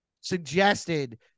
suggested